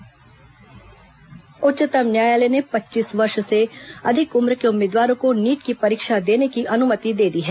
supreme court NEET उच्चतम न्यायालय ने पच्चीस वर्ष से अधिक उम्र के उम्मीदवारों को नीट की परीक्षा देने की अनुमति दे दी है